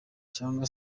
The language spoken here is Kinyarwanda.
cyangwa